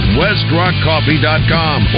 westrockcoffee.com